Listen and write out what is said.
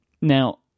Now